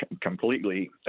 completely